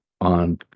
on